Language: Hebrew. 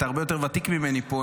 אתה הרבה יותר ותיק ממני פה,